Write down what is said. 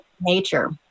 nature